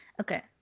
Okay